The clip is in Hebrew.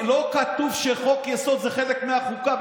לא כתוב שחוק-יסוד זה חלק מהחוקה.